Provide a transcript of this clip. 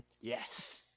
Yes